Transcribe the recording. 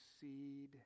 seed